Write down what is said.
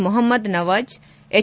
Mohammed Nawaz H